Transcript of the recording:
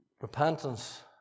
Repentance